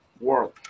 world